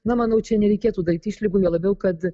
na manau čia nereikėtų daryt išlygų juo labiau kad